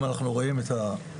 אם אנחנו רואים את ההיקפים,